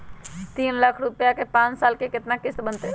तीन लाख रुपया के पाँच साल के केतना किस्त बनतै?